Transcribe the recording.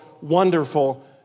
wonderful